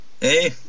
Hey